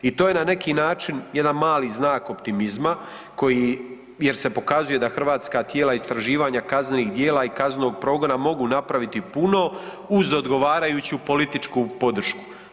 I to je na neki način jedan mali znak optimizma, jer se pokazuje da hrvatska tijela istraživanja kaznenih djela i kaznenog progona mogu napraviti puno uz odgovarajuću političku podršku.